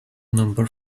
number